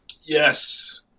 yes